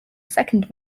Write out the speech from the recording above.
second